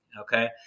Okay